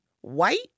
white